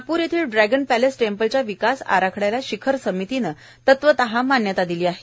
नागपूर येथील ड्रुष्टान पक्षेस टेम्पलच्या विकास आराखड्याला शिखर समितीने तत्वतः मान्यता दिली आहे